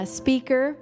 speaker